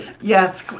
Yes